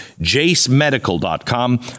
JaceMedical.com